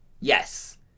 Yes